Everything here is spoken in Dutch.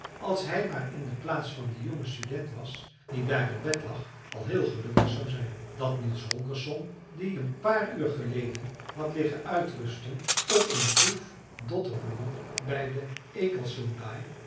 als hij maar in de plaats van dien jongen student was die daar in bed lag al heel gelukkig zou zijn dat niels holgersson die een paar uur geleden had liggen uitrusten op een toef dotterbloemen bij de